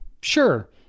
sure